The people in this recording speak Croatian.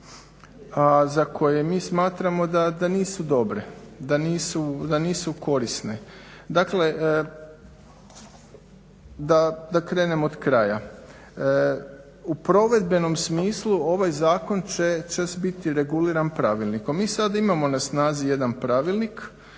za koje mi smatramo da nisu dobre, da nisu korisne. Dakle, da krenem od kraja. U provedbenom smislu ovaj zakon će biti reguliran pravilnikom. Mi sad imamo na snazi jedan pravilnik,